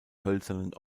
hölzernen